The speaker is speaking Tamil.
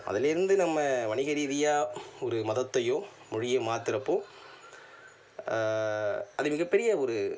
அதிலேருந்து நம்ம வணிக ரீதியாக ஒரு மதத்தையோ மொழியை மாற்றறப்போ அது மிகப்பெரிய ஒரு